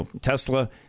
Tesla